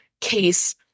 case